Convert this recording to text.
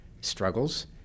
struggles